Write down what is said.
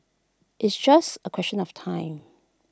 it's just A question of time